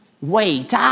wait